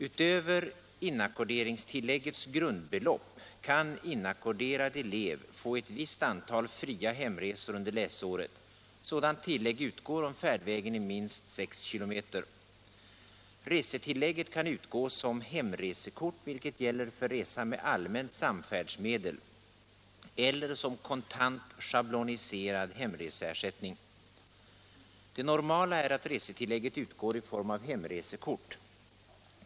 Utöver inackorderingstilläggets grundbelopp kan inackorderad elev få ett visst antal fria hemresor under läsåret. Sådant tillägg utgår om färdvägen är minst 6 km. Resetillägget kan utgå som hemresekort, vilket gäller för resa med allmänt samfärdsmedel, eller som kontant, schabloniserad hemreseersättning. Det normala är att resetillägget utgår i form av hemresekort.